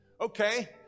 Okay